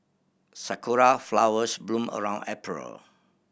sakura flowers bloom around April